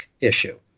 issue